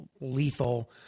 lethal